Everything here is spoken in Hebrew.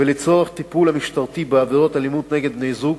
ולצורך הטיפול המשטרתי בעבירות אלימות נגד בני-זוג